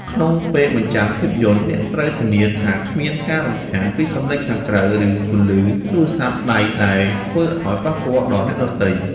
ក្នុងពេលបញ្ចាំងភាពយន្ត អ្នកត្រូវធានាថាគ្មានការរំខានពីសំឡេងខាងក្រៅ ឬពន្លឺទូរស័ព្ទដៃដែលធ្វើឱ្យប៉ះពាល់ដល់អ្នកដទៃ។